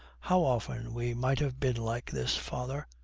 how often we might have been like this, father,